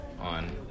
on